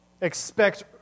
expect